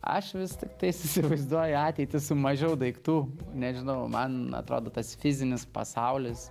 aš vis tiktais įsivaizduoju ateitį su mažiau daiktų nežinau man atrodo tas fizinis pasaulis